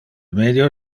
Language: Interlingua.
medio